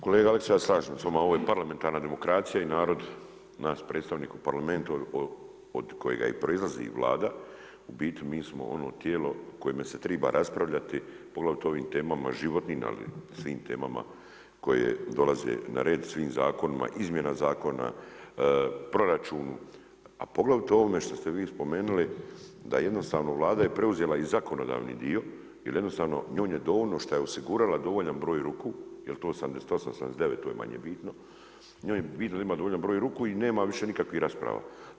Kolega Aleksić, ja se slažem s vama, ovo je parlamentarna demokracija i narod, nas predstavnike u Parlamentu od kojega i proizlazi Vlada, u biti mi smo ono tijelo koje se treba raspravljati poglavito u ovim temama, životnim ali i svim temama koje dolaze na red, svim zakonima, izmjenama zakona, proračun a poglavito ovome što ste vi spomenuli da jednostavno Vlada je preuzela i zakonodavni dio jer jednostavno njoj je dovoljno što je osigurala dovoljan broj ruku, je li to 78, 79 to je manje bitno, njoj je bitno da ima dovoljan broj ruku i nema više nikakvih rasprava.